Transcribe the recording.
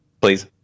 please